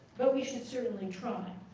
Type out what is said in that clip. but we should certainly try,